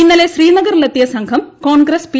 ഇന്നലെ ശ്രീ നഗറിലെത്തിയ സംഘം കോൺഗ്രസ് പി